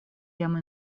jam